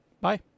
Bye